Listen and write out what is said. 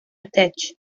tech